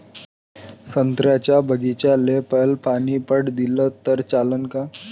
संत्र्याच्या बागीचाले पयलं पानी पट दिलं त चालन का?